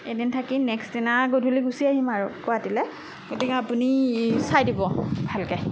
এদিন থাকিম নেক্সট দিনা গধূলি গুছি আহিম আৰু গুৱাহাটীলৈ গতিকে আপুনি চাই দিব ভালকৈ